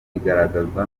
igaragazwa